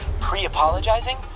pre-apologizing